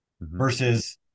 versus